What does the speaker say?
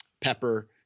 pepper